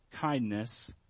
kindness